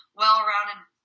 well-rounded